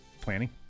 planning